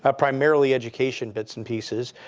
ah primarily education bits and pieces.